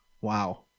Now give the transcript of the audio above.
Wow